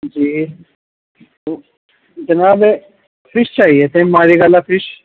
جی تو جناب فش چاہیے تھے ماری فش